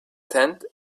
tent